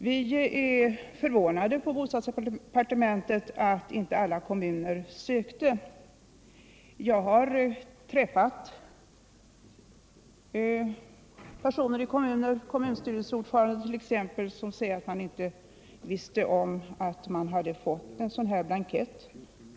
Vi är på bostadsdepartementet förvånade över att inte alla kommuner sökte. Jag har träffat personer i kommuner, t.ex. kommunstyrelseord förande, som säger att man inte visste om att man hade fått en sådan här blankett.